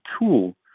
tool